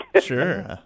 Sure